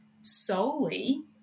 solely